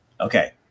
Okay